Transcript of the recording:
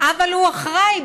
אבל הוא אחראי,